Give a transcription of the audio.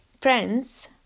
friends